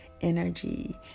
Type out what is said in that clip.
energy